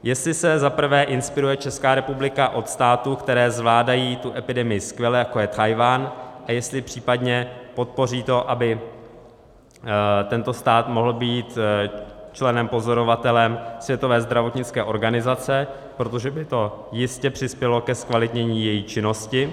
Jestli se, za prvé, inspiruje Česká republika od států, které zvládají tu epidemii skvěle, jako je Tchajwan, a jestli případně podpoří to, aby tento stát mohl být členempozorovatelem Světové zdravotnické organizace, protože by to jistě přispělo ke zkvalitnění její činnosti.